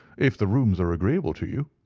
if the rooms are agreeable to you.